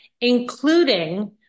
including